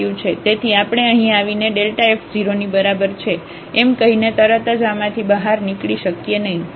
તેથી આપણે અહીં આવીને f 0 ની બરાબર છે એમ કહીને તરત જ આમાંથી બહાર નીકળી શકીએ નહીં